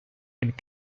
and